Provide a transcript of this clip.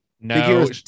no